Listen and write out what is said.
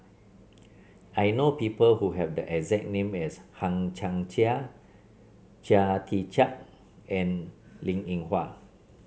I know people who have the exact name as Hang Chang Chieh Chia Tee Chiak and Linn In Hua